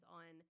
on